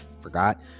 forgot